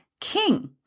king